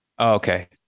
okay